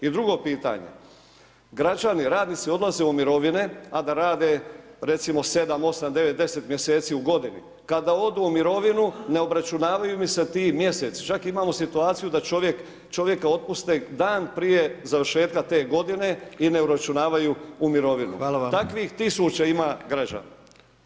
I drugo pitanje, građeni, radnici odlaze u mirovine a da rade 7,8,9,10 mjeseci u godini, kada odu u mirovinu ne obračunavaju im se ti mjeseci čak imamo situaciju da čovjek, čovjeka otpuste dan prije završetka te godine i ne uračunavaju u mirovinu …/Upadica: Hvala vam.